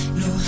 no